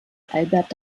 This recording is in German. albert